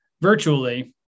virtually